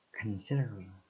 Considering